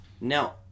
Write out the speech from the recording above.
Now